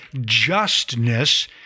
justness